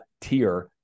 tier